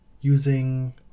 using